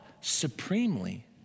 supremely